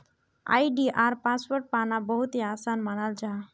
आई.डी.आर password पाना बहुत ही आसान मानाल जाहा